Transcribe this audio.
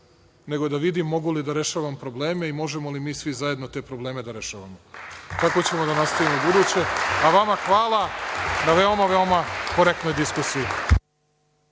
nego da vidim mogu li da rešavam probleme i možemo li mi svi zajedno te probleme da rešavamo. Tako ćemo da nastavimo i u buduće, a vama hvala na veoma, veoma korektnoj diskusiji.